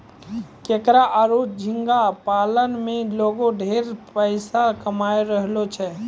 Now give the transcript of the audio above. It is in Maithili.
केकड़ा आरो झींगा पालन में लोगें ढेरे पइसा कमाय रहलो छै